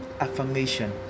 affirmation